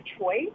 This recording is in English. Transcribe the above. choice